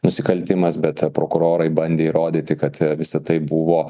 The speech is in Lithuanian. nusikaltimas bet prokurorai bandė įrodyti kad visa tai buvo